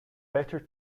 better